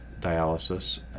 dialysis